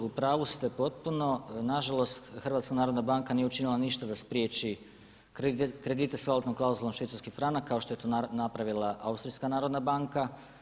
U pravu ste potpuno, nažalost HNB nije učinila ništa da spriječi kredite s valutnom klauzulom švicarski franak kao što je to napravila Austrijska narodna banka.